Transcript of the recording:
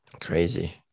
Crazy